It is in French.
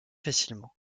facilement